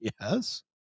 Yes